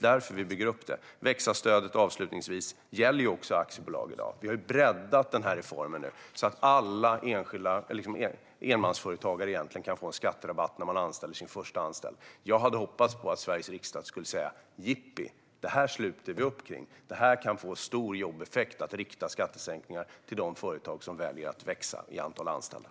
Växa-stödet gäller ju också aktiebolag i dag. Vi har breddat reformen så att alla enmansföretagare kan få skatterabatt när de anställer sin första anställd. Jag hade hoppats att Sveriges riksdag skulle säga: Jippi, detta sluter vi upp kring! Det kan få stor jobbeffekt att rikta skattesänkningar till de företag som väljer att växa till antalet anställda.